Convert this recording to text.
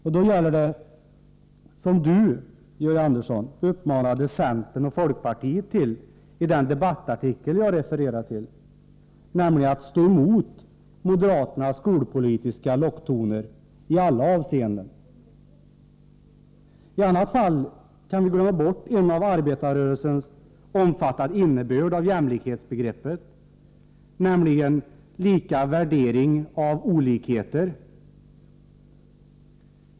Och då gäller det — som Georg Andersson uppmanade centern och folkpartiet i den debattartikel som jag refererade till — att stå emot moderaternas skolpolitiska locktoner i alla avseenden. I annat fall kan vi glömma bort en av arbetarrörelsen omfattad innebörd av jämlikhetsbegreppet, nämligen lika värdering av olikheter.